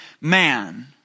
man